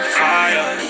fire